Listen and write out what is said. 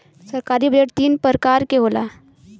सरकारी बजट तीन परकार के होला